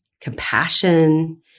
compassion